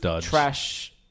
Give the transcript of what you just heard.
trash